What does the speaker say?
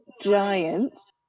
giants